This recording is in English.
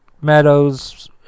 Meadows